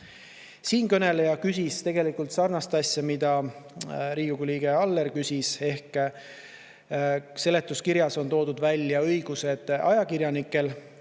Siinkõneleja küsis tegelikult sarnast asja, mida Riigikogu liige Aller küsis. Seletuskirjas on toodud välja ajakirjanike